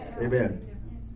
Amen